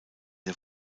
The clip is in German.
der